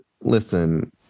listen